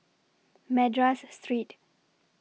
Madras Street